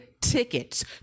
tickets